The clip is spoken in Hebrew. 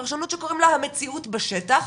פרשנות שקוראים לה המציאות בשטח,